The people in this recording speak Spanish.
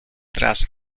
tras